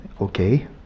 okay